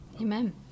Amen